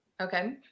Okay